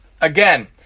Again